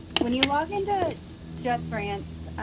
when you log in to justgrants,